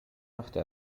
machte